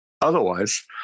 Otherwise